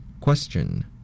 Question